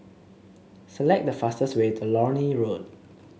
select the fastest way to Lornie Road